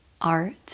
art